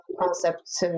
concepts